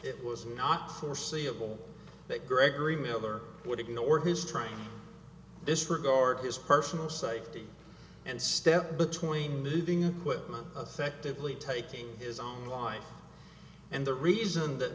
it was not foreseeable that gregory miller would ignore his trying to disregard his personal safety and step between moving equipment effectively taking his own life and the reason that